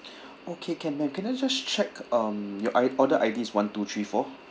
okay can ma'am can I just check um your I order I_D is one two three four